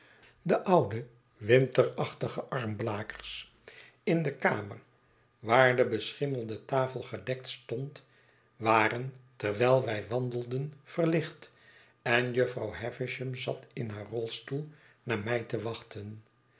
denzelfden ouderdom hoewel de kamer waar de beschimmelde tafel gedekt stond waren terwijl wij wandelden verlicht en jufvrouw havisham zat in haar rolstoelnaar mij te wachten